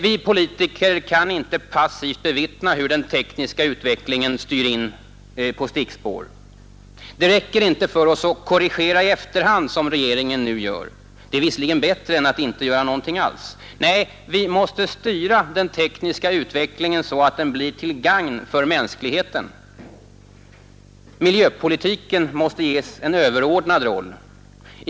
Vi politiker kan inte passivt bevittna hur den tekniska utvecklingen styr in på stickspår. Det räcker inte för oss att korrigera i efterhand, som regeringen nu gör. Det är dock bättre än att inte göra någonting alls. Nej, vi måste styra den tekniska utvecklingen så att den blir till gagn för mänskligheten. Miljöpolitiken måste ges en överordnad roll.